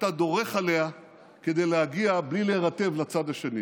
שאתה דורך עליה כדי להגיע לצד השני